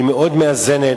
היא מאוד מאזנת,